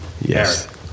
yes